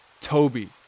Toby